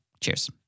Cheers